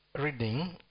reading